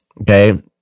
Okay